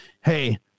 hey